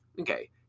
okay